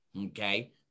Okay